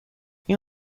این